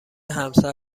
همسر